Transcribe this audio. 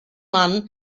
mann